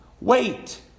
wait